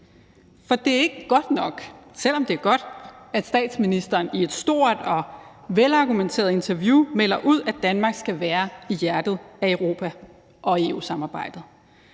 For det er ikke godt nok, selv om det er godt, at statsministeren i et stort og velargumenteret interview melder ud, at Danmark skal være i hjertet af Europa og EU-samarbejdet.